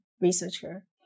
researcher